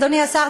אדוני השר,